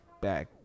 back